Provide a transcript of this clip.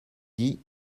dit